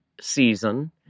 season